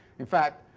in fact,